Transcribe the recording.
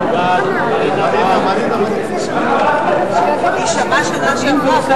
המדינה ולשכתו (לשכת הנשיא לשעבר משה קצב),